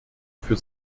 für